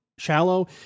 Shallow